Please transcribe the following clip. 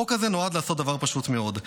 החוק הזה נועד לעשות דבר פשוט מאוד: